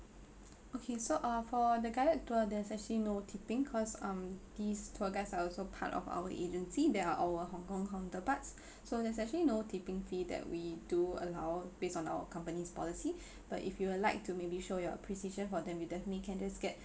okay so uh for the guided tour there's actually no tipping cause um these tour guides are also part of our agency they are our hong-kong counterparts so there's actually no tipping fee that we do allow based on our company's policy but if you would like to maybe show your appreciation for them you definitely can just get